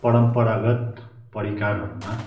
परम्परागत परिकारहरूमा